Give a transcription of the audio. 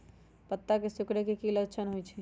पत्ता के सिकुड़े के की लक्षण होइ छइ?